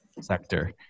sector